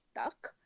stuck